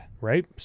Right